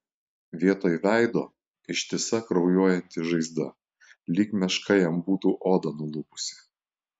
vietoj veido ištisa kraujuojanti žaizda lyg meška jam būtų odą nulupusi